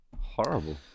Horrible